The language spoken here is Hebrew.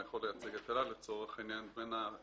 אני יכול לייצג את אל על לצורך העניין לבין ההנהלה,